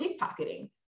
pickpocketing